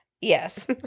Yes